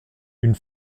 une